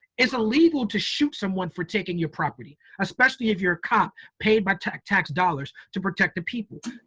it's illegal to shoot someone for taking your property, especially if you're a cop paid by tax tax dollars to protect the people.